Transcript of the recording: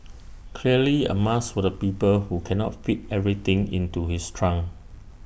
clearly A must for the people who cannot fit everything into his trunk